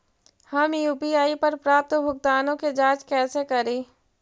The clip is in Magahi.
हम यु.पी.आई पर प्राप्त भुगतानों के जांच कैसे करी?